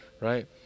right